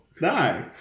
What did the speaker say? No